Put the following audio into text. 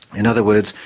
in other words,